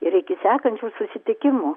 ir iki sekančių susitikimų